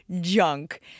junk